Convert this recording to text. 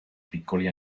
piccoli